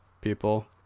people